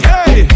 Hey